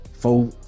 four